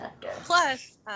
Plus